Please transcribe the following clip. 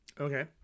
okay